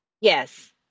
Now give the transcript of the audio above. Yes